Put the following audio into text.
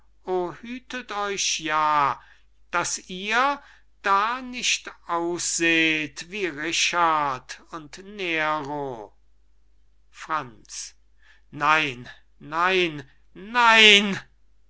hütet euch ja daß ihr da ausseh't wie richard und nero franz nein nein